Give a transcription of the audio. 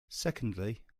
secondly